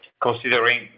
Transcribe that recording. Considering